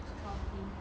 those kind of thing